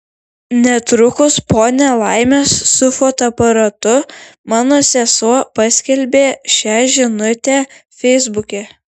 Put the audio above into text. netrukus po nelaimės su fotoaparatu mano sesuo paskelbė šią žinutę feisbuke